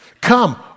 Come